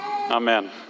Amen